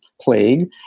plague